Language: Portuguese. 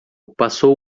passou